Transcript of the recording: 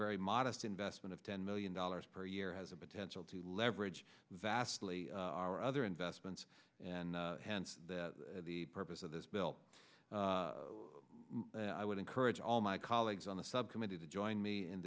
very modest investment of ten million dollars per year as a potential to leverage vastly our other investments and hence the purpose of this bill i would encourage all my colleagues on the subcommittee to join me in